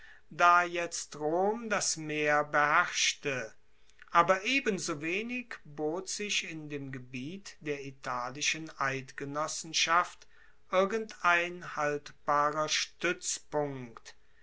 da jetzt rom das meer beherrschte aber ebensowenig bot sich in dem gebiet der italischen eidgenossenschaft irgendein haltbarer stuetzpunkt